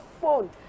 phone